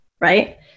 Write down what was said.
right